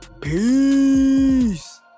peace